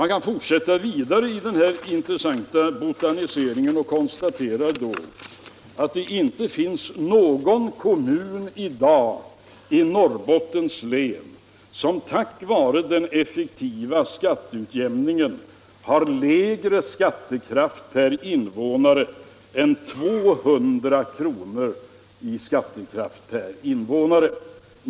Man kan fortsätta vidare i den här intressanta botaniseringen, och man konstaterar då att det inte finns någon kommun i Norrbottens län som i dag, tack vare den effektiva skatteutjämningen, har lägre skattekraft än 200 kr. per invånare.